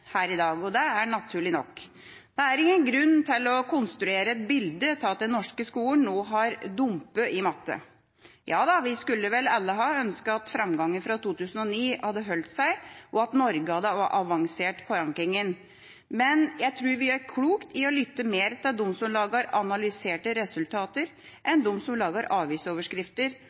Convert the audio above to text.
her i dag, og det er naturlig nok. Det er ingen grunn til å konstruere et bilde av at den norske skolen nå har dumpet i matte. Ja da, vi skulle vel alle ønsket at framgangen fra 2009 hadde holdt seg, og at Norge hadde avansert på rankingen. Men jeg tror vi gjør klokt i å lytte mer til dem som har analysert resultater, enn de som lager